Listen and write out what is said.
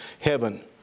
heaven